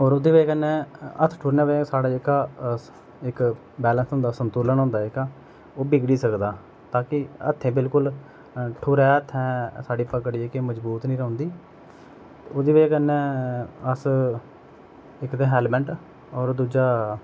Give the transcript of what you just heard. और ओह्दे कन्नै हत्थ ठुरने दे स्हाड़ा जेह्का एक्क बैलेंस हुंदा संतुलन हुंदा जेहका ओह् बिगड़ी सकदा ताकि हत्थें बिल्कुल ठुरै हत्थें स्हाड़ी पकड़ जेह्की मजबूत नी रौहंदी ओह्दे कन्नै अस इक ते हैलमेंट और दूजा